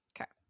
Okay